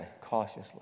cautiously